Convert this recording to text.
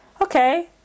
okay